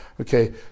okay